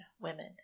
women